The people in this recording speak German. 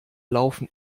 laufen